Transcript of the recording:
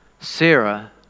Sarah